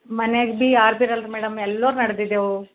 ಮನ್ಯಾಗೆ ಬೀ ಯಾರೂ ಬೀ ಇರಲ್ಲ ಮೇಡಮ್ ಎಲ್ಲರ್ ನೆಡ್ದಿದ್ದೇವೆ